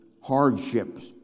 hardships